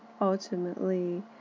ultimately